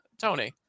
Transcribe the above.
Tony